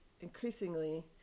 increasingly